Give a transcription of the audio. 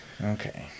okay